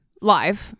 live